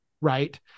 right